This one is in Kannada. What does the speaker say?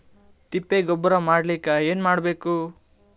ತಿಪ್ಪೆ ಗೊಬ್ಬರ ಮಾಡಲಿಕ ಏನ್ ಮಾಡಬೇಕು?